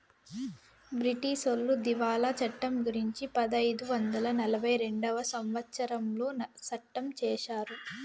బ్రిటీసోళ్లు దివాళా చట్టం గురుంచి పదైదు వందల నలభై రెండవ సంవచ్చరంలో సట్టం చేశారు